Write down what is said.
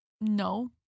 No